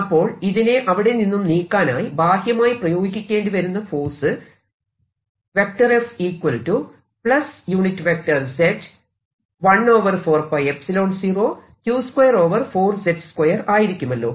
അപ്പോൾ ഇതിനെ അവിടെ നിന്നും നീക്കാനായി ബാഹ്യമായി പ്രയോഗിക്കേണ്ടിവരുന്ന ഫോഴ്സ് ആയിരിക്കുമല്ലോ